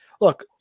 Look